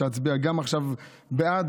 אצביע גם עכשיו בעד,